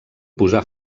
posà